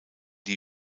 die